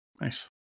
Nice